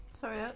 sorry